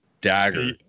dagger